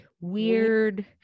Weird